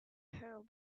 her